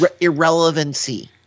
irrelevancy